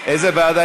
איזו ועדה